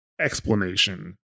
explanation